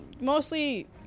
mostly